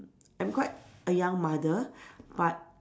I'm quite a young mother but